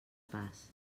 pas